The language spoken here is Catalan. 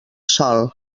sol